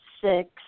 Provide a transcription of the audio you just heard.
six